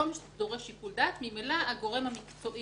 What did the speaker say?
בכל מה שדרוש שיקול דעת הגורם המקצועי